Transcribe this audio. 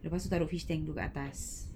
lepas tu taruk fish tank you kat atas